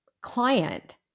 client